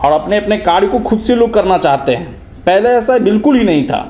और अपने अपने कार्य को खुद से लोग करना चाहते हैं पहले ऐसा बिल्कुल ही नहीं था